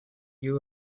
you